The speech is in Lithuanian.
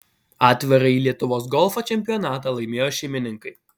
atvirąjį lietuvos golfo čempionatą laimėjo šeimininkai